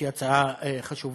שהיא הצעה חשובה.